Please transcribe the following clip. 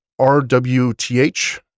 RWTH